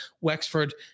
Wexford